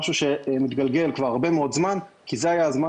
זה משהו שמתגלגל כבר הרבה מאוד זמן כי זה היה הזמן